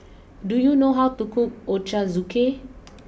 do you know how to cook Ochazuke